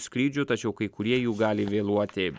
skrydžių tačiau kai kurie jų gali vėluoti